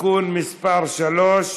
(תיקון מס' 3),